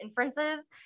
inferences